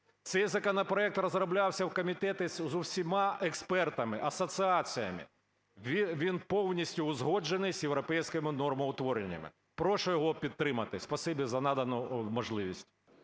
Цей законопроект розроблявся в комітеті з усіма експертами, асоціаціями, він повністю узгоджений з європейськими нормотвореннями. Прошу його підтримати. Спасибі за надану можливість.